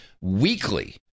weekly